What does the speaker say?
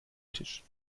tisch